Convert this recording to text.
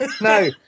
No